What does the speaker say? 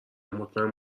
مطمئن